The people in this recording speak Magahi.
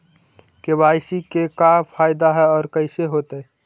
के.वाई.सी से का फायदा है और कैसे होतै?